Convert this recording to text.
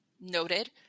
noted